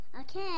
Okay